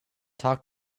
talk